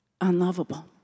unlovable